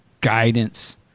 guidance